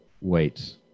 wait